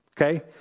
Okay